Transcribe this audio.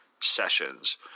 sessions